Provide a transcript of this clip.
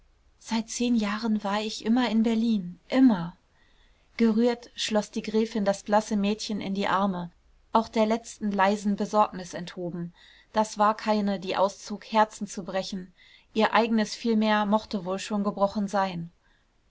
seit zehn jahren war ich immer in berlin immer gerührt schloß die gräfin das blasse mädchen in ihre arme auch der letzten leisen besorgnis enthoben das war keine die auszog herzen zu brechen ihr eigenes vielmehr mochte wohl schon gebrochen sein